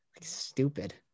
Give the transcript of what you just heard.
Stupid